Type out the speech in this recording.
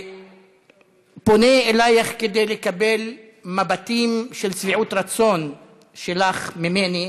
ופונה אלייך כדי לקבל מבטים של שביעות רצון שלך ממני,